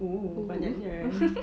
oh banyaknya